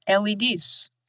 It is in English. LEDs